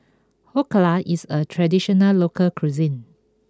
Dhokla is a traditional local cuisine